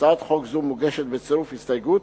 הצעת חוק זו מוגשת בצירוף הסתייגויות,